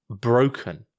broken